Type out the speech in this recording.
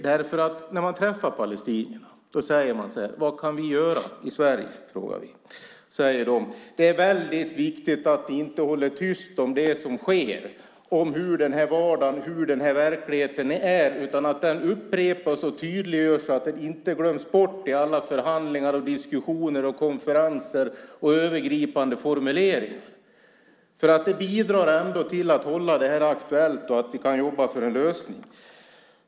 När vi träffar palestinier frågar vi vad vi kan göra i Sverige. Då säger de: Det är väldigt viktigt att ni inte håller tyst om det som sker, om hur den här vardagen, den här verkligheten är, utan att den upprepas och tydliggörs så att den inte glöms bort i alla förhandlingar, diskussioner, konferenser och övergripande formuleringar. Det bidrar ändå till att hålla det här aktuellt och att vi kan jobba för en lösning.